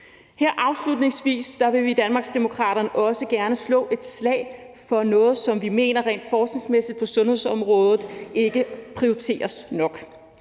Afslutningsvis vil vi i Danmarksdemokraterne også gerne slå et slag for noget, som vi mener ikke prioriteres nok rent forskningsmæssigt på sundhedsområdet. Nu har vi jo